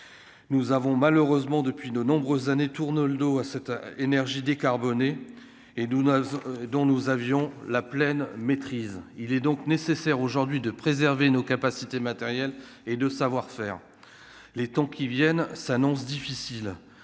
nous avons malheureusement depuis de nombreuses années, tourne le dos à cette énergies décarbonnées et Douma dont nous avions la pleine maîtrise, il est donc nécessaire aujourd'hui de préserver nos capacités matérielles et de savoir faire les temps qui viennent s'annoncent difficiles,